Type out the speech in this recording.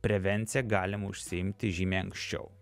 prevencija galima užsiimti žymiai anksčiau